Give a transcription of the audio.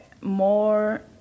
more